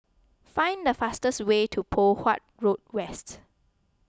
find the fastest way to Poh Huat Road West